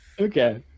Okay